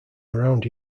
around